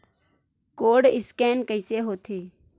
Code scan कइसे होथे?